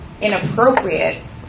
inappropriate